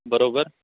बरोबर